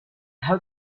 how